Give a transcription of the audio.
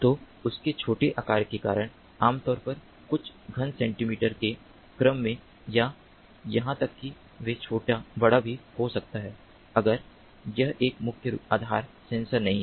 तो उनके छोटे आकार के कारण आम तौर पर कुछ घन सेंटीमीटर के क्रम में या यहां तक कि वे थोड़ा बड़ा भी हो सकते हैं अगर यह एक मुख्य आधार सेंसर नहीं है